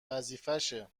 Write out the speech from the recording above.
وظیفشه